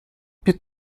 più